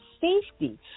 safety